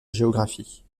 géographie